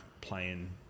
playing –